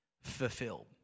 fulfilled